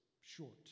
short